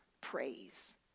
praise